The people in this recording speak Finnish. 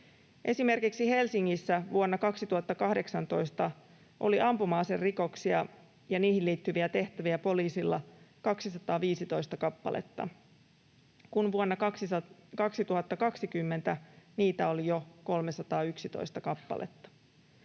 Esimerkiksi Helsingissä vuonna 2018 oli ampuma-aserikoksia ja niihin liittyviä tehtäviä poliisilla 215 kappaletta, kun vuonna 2020 niitä oli jo 311 kappaletta.